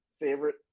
favorite